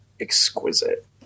exquisite